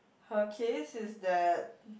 her case is that